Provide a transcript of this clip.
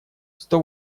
сто